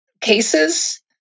cases